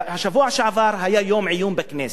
בשבוע שעבר היה יום עיון בכנסת.